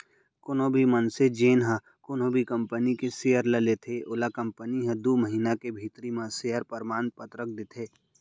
कोनो भी मनसे जेन ह कोनो भी कंपनी के सेयर ल लेथे ओला कंपनी ह दू महिना के भीतरी म सेयर परमान पतरक देथे